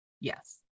Yes